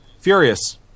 Furious